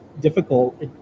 difficult